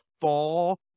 fall